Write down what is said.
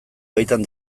baitan